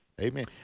Amen